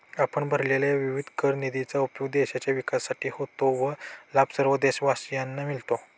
आपण भरलेल्या विविध कर निधीचा उपयोग देशाच्या विकासासाठी होतो व लाभ सर्व देशवासियांना मिळतो